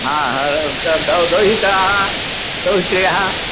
हा हा दौ दौहित्राः सौत्ययः